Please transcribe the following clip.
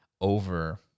over